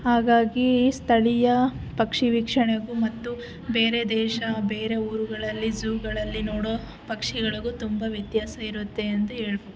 ಹಾಗಾಗಿ ಸ್ಥಳೀಯ ಪಕ್ಷಿ ವೀಕ್ಷಣೆಗೂ ಮತ್ತು ಬೇರೆ ದೇಶ ಬೇರೆ ಊರುಗಳಲ್ಲಿ ಝೂಗಳಲ್ಲಿ ನೋಡೋ ಪಕ್ಷಿಗಳಿಗೂ ತುಂಬ ವ್ಯತ್ಯಾಸ ಇರುತ್ತೆ ಅಂತ ಹೇಳ್ಬಹುದು